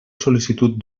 sol·licitud